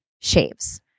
shaves